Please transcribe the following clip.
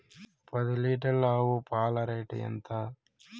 పది లీటర్ల ఆవు పాల రేటు ఎంత?